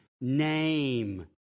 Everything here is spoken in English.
name